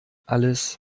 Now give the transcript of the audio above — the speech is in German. alles